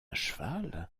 cheval